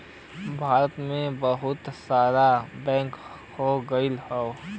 भारत मे बहुते सारा बैंक हो गइल हौ